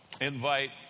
invite